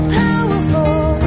powerful